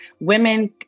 women